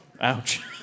Ouch